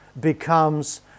becomes